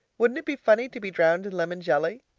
wouldn't it be funny to be drowned in lemon jelly?